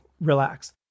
relax